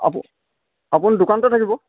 আপুনি দোকানটো থাকিব